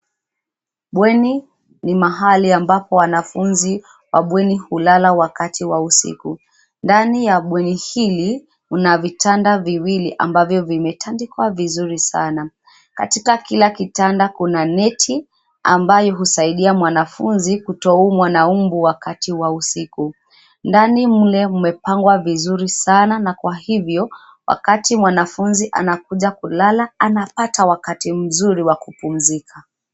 Bweni ni mahali ambapo wanafunzi wa bweni hulala wakati wa usiku. Ndani ya bweni hili, kuna vitanda viwili ambavyo vimetandikwa vizuri sana. Katika kila kitanda kuna neti, ambayo husaidia mwanafunzi kutoumwa na umbu wakati wa usiku. Ndani mle umepangwa vizuri sana, na kwa hivyo, wakati mwanafunzi anakuja kulala, anapata wakati nzuri wa kupumzika.